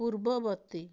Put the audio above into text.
ପୂର୍ବବର୍ତ୍ତୀ